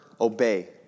obey